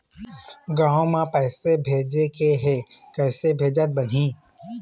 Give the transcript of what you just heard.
गांव म पैसे भेजेके हे, किसे भेजत बनाहि?